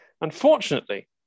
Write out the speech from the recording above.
Unfortunately